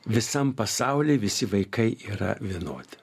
visam pasauly visi vaikai yra vienodi